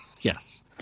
Yes